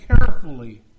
carefully